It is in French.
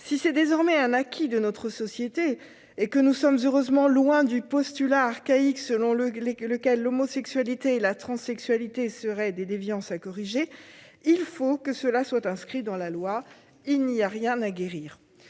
Si c'est désormais un acquis de notre société et si nous sommes heureusement loin du postulat archaïque selon lequel l'homosexualité et la transsexualité seraient des déviances à corriger, il faut que cela soit inscrit dans la loi : il n'y a rien à guérir.